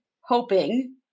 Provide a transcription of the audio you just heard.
hoping